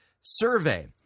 survey